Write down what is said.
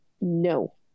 No